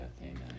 Amen